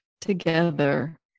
together